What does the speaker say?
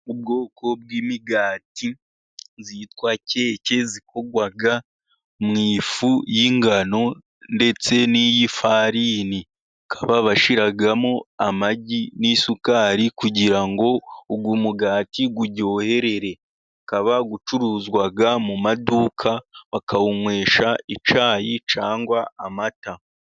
Ubwoko bw'imigati yitwa keke, zikorwa mu ifu y'ingano ndetse n'iy'ifarini, bakaba bashyiramo amagi n'isukari, kugira ngo uwo mugati uryohere. Ukaba ucuruzwa mu maduka, bakawunywesha icyayi cyangwa amata.